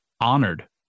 honored